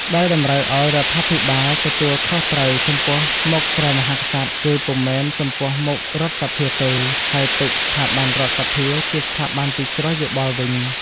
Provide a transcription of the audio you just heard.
ដោយតម្រូវឱ្យរដ្ឋាភិបាលទទួលខុសត្រូវចំពោះមុខព្រះមហាក្សត្រ គឺពុំមែនចំពោះមុខរដ្ឋសភាទេ ហើយទុកស្ថាប័នរដ្ឋសភាជាស្ថាប័នពិគ្រោះយោបល់វិញ។